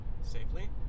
safely